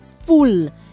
Full